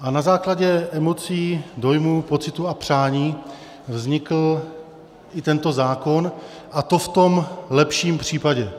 A na základě emocí, dojmů, pocitů a přání vznikl i tento zákon, a to v tom lepším případě.